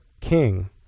king